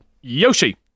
Yoshi